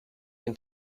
can